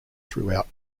throughout